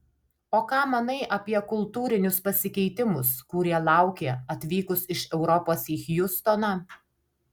o ką manai apie kultūrinius pasikeitimus kurie laukė atvykus iš europos į hjustoną